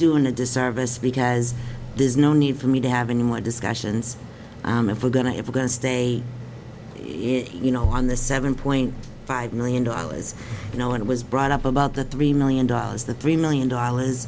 doing a disservice because there's no need for me to have any more discussions if we're going to if we're going to stay in you know on the seven point five million dollars you know it was brought up about the three million dollars that the a million dollars